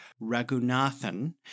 Ragunathan